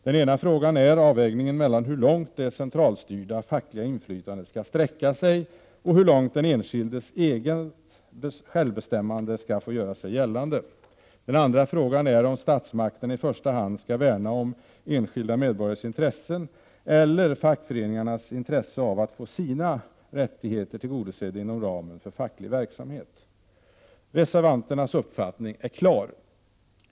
Den ena frågan är avvägningen mellan hur långt det centralstyrda fackliga inflytandet skall sträcka sig, och hur långt den enskildes eget självbestämmande skall få göra sig gällande. Den andra frågan är om statsmakterna i första hand skall värna om enskilda medborgares intressen eller fackföreningarnas intresse av att få sina rättigheter tillgodosedda inom ramen för facklig verksamhet. Reservanternas uppfattning är klar.